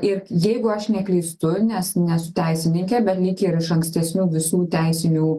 ir jeigu aš neklystu nes nesu teisininkė be lyg ir iš ankstesnių visų teisinių